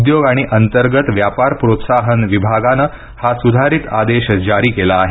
उद्योग आणि अंतर्गत व्यापार प्रोत्साहन विभागानं हा सुधारित आदेश जारी केला आहे